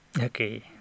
Okay